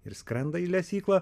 ir skrenda į lesyklą